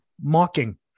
mocking